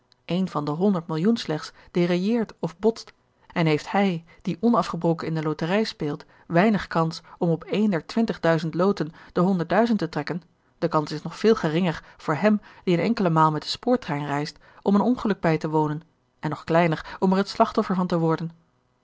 een van de honderd millioen slechts derailleert of botst en heeft hij die onafgebroken in de loterij speelt weinig kans om op een der twintig duizend loten de honderd duizend te trekken de kans is nog veel geringer voor hem die een enkele maal met den spoortrein reist om een ongeluk bij te wonen en nog kleiner om er het slachtoffer van te worden